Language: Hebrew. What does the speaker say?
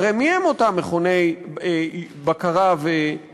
הרי מי הם אותם מכוני בקרה ורישוי?